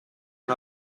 non